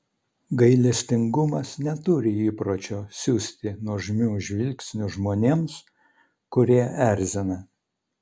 gailestingumas neturi įpročio siųsti nuožmių žvilgsnių žmonėms kurie erzina